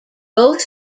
both